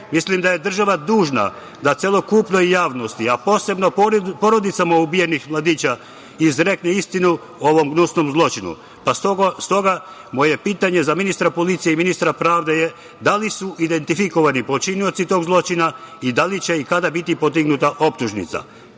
da je država dužna da celokupnoj javnosti, a posebno porodicama ubijenih mladića izrekne istinu ovom gnusnom zločinu. Stoga, moje pitanje za ministra policije i ministra pravde je, da li su identifikovani počinioci tog zločina i da li će i kada biti podignuta optužnica?